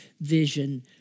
vision